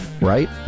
right